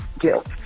guilt